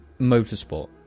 motorsport